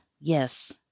yes